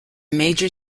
major